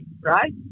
Right